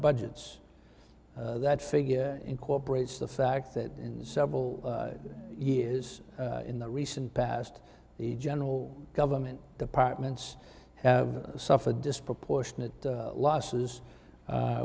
budgets that figure incorporates the fact that several years in the recent past the general government departments have suffered disproportionate losses